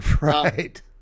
Right